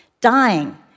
dying